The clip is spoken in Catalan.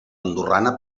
andorrana